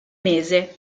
mese